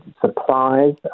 supplies